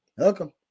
Welcome